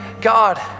God